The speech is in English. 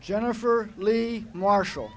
jennifer lee marshal